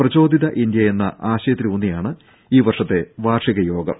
പ്രചോദിത India എന്ന ആശയത്തിലൂന്നിയാണ് ഈ വർഷത്തെ വാർഷിക യോഗം